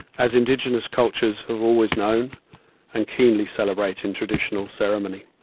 as indigenous cultures have always known and keenly celebrate in traditional ceremony.